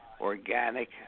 organic